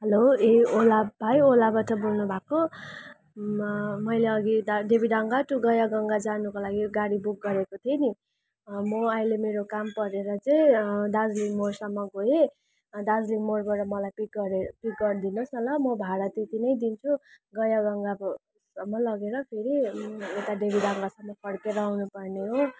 hello ए ओला भाइ ओलाबाट बोल्नु भएको मैले अघि देवीडाङ्गा टू गयागङ्गा जानुको लागि गाडी बुक गरेको थिएँ नि म अहिले मेरो काम परेर चाहिँ दार्जिलिङ मोडसम्म गएँ दार्जिलिङ मोडबाट मलाई पिक गरे पिक गरिदिनुहोस् न ल म भाडा त्यति नै दिन्छु गयागङ्गाकोसम्म लगेर फेरि यता देवीडाङ्गासम्म फर्केर आउनु पर्ने हो